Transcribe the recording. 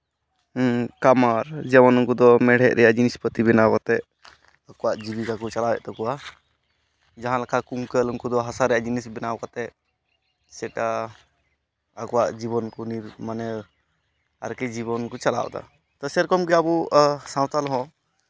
ᱦᱮᱸ ᱠᱟᱢᱟᱨ ᱡᱮᱢᱚᱱ ᱩᱱᱠᱩ ᱫᱚ ᱢᱮᱬᱦᱮᱫ ᱨᱮᱭᱟᱜ ᱡᱤᱱᱤᱥ ᱯᱟᱹᱛᱤ ᱵᱮᱱᱟᱣ ᱠᱟᱛᱮᱫ ᱟᱠᱚᱣᱟᱜ ᱡᱤᱵᱤᱠᱟ ᱠᱚ ᱪᱟᱞᱟᱣᱮᱫ ᱛᱟᱠᱚᱣᱟ ᱡᱟᱦᱟᱸ ᱞᱮᱠᱟ ᱠᱩᱝᱠᱟᱹᱞ ᱩᱱᱠᱩ ᱫᱚ ᱦᱟᱥᱟ ᱨᱮᱭᱟᱜ ᱡᱤᱱᱤᱥ ᱵᱮᱱᱟᱣ ᱠᱟᱛᱮᱫ ᱥᱮᱴᱟ ᱟᱠᱚᱣᱟᱜ ᱡᱤᱵᱚᱱ ᱠᱚ ᱢᱟᱱᱮ ᱟᱨᱠᱤ ᱡᱤᱵᱚᱱ ᱠᱚ ᱪᱟᱞᱟᱣᱫᱟ ᱛᱳ ᱥᱮᱭ ᱨᱚᱠᱚᱢ ᱜᱮ ᱟᱵᱚ ᱥᱟᱶᱛᱟᱞ ᱦᱚᱸ